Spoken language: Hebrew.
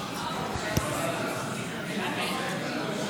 הקדמתי ואמרתי